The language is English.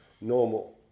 normal